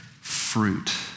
fruit